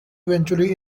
eventually